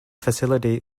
facility